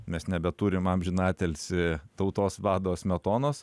mes nebeturim amžiną atilsį tautos vado smetonos